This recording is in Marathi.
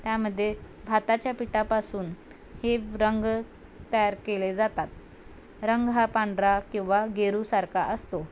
त्यामध्ये भाताच्या पिठापासून हे रंग तयार केले जातात रंग हा पांढरा किंवा गेरूसारखा असतो